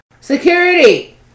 Security